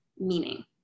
meaning